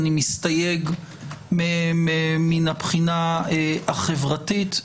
אני מסתייג מהם מהבחינה החברתית,